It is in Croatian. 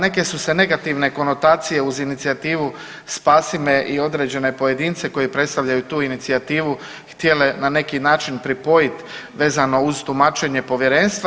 Neke su se negativne konotacije uz inicijativu Spasi me i određene pojedince koji predstavljaju tu inicijativu htjele na neki način pripojit vezano uz tumačenje povjerenstva.